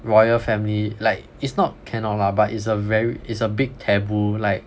royal family like it's not cannot lah but it's a ver~ it's a big taboo like